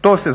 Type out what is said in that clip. to se